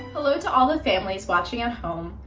hello to all the families watching at home,